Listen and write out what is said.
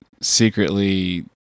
secretly